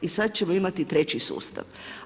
I sad ćemo imati treći sustav.